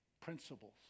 principles